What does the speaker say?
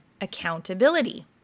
accountability